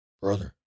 brother